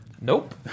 Nope